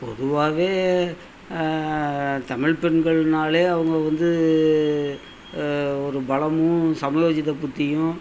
பொதுவாகவே தமிழ் பெண்கள்னாலே அவங்க வந்து ஒரு பலமும் சமயோஜித புத்தியும்